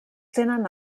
tenen